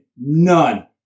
None